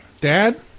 Dad